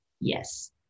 Yes